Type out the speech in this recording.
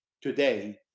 today